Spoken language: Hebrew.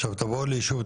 עכשיו, תבואו לאישור.